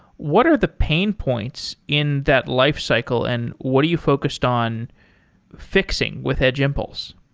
what are the pain points in that lifecycle and what are you focused on fixing with edge impulse?